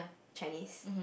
Chinese